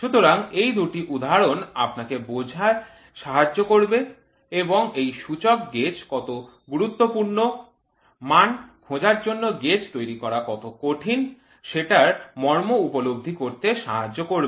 সুতরাং এই দুটি উদাহরণ আপনাকে বোঝায় সাহায্য করবে এবং এই সূচক গেজ কত গুরুত্বপূর্ণ মান খোঁজার জন্য গেজ তৈরি করা কত কঠিন সেটার মর্ম উপলব্ধি করতে সাহায্য করবে